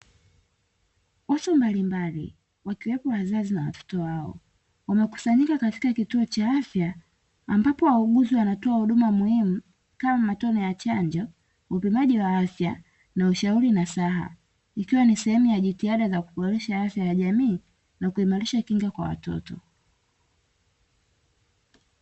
Watu mbalimbali, wakiwemo wazazi na watoto wao, wamekusanyika katika kituo cha afya. Ambapo wauguzi wanatoa huduma muhimu kama matone ya chanjo, upimaji wa afya, na ushauri na saha. Ikiwa ni sehemu ya jitihada za kuboresha afya ya jamii na kuimarisha kinga kwa watoto.